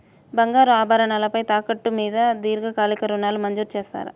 బంగారు ఆభరణాలు తాకట్టు మీద దీర్ఘకాలిక ఋణాలు మంజూరు చేస్తారా?